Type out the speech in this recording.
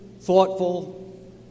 thoughtful